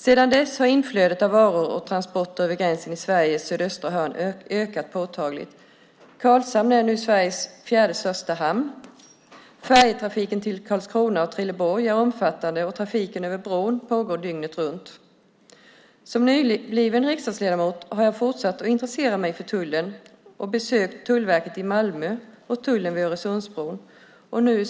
Sedan dess har inflödet av varor och transporter över gränsen i Sveriges sydöstra hörn ökat påtagligt. Karlshamn är nu Sveriges fjärde största hamn. Färjetrafiken till Karlskrona och Trelleborg är omfattande, och trafiken över bron pågår dygnet runt. Som nybliven riksdagsledamot har jag fortsatt att intressera mig för tullen och besökt Tullverket i Malmö och tullen vid Öresundsbron.